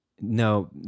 no